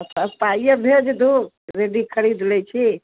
अच्छा पाइओ भेज दू रेडी खरीद लैत छी